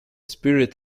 spirit